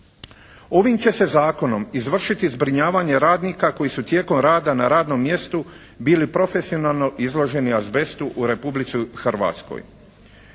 Ovim će se zakonom izvršiti zbrinjavanje radnika koji su tijekom rada na radnom mjestu bili profesionalno izloženi azbestu u Republici Hrvatskoj.